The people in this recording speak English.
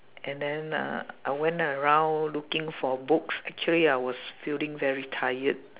and then uh I went around looking for books actually I was feeling very tired